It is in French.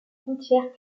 frontière